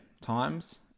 times